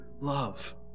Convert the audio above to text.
love